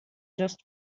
just